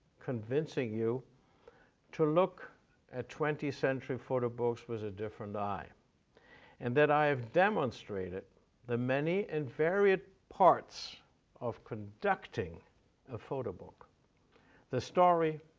convincing you to look at twentieth century photo books with a different eye and that i have demonstrated the many and varied parts of conducting a photo book the story,